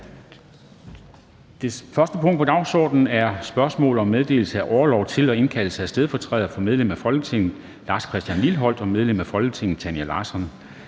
Det første punkt på dagsordenen er: 1) Spørgsmål om meddelelse af orlov til og indkaldelse af stedfortrædere for medlem af Folketinget Lars Christian Lilleholt (V) og medlem af Folketinget Tanja Larsson